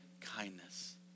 kindness